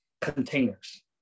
containers